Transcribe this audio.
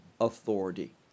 authority